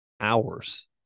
hours